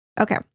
Okay